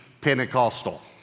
Pentecostal